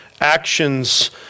actions